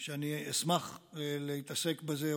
שאני אשמח להתעסק בזה,